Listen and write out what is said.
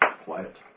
Quiet